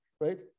right